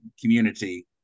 community